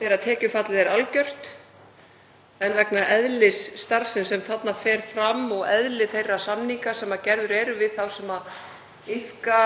þegar tekjufallið er algjört. En vegna eðlis starfsins sem þarna fer fram og eðlis þeirra samninga sem gerðir eru við þá sem iðka